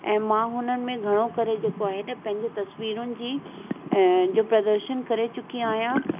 ऐं मां हुननि में घणो करे जेको आहे न पंहिंजे तस्वीरुनि जी प्रदर्शन करे चुकी आहियां